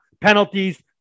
Penalties